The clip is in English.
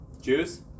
Juice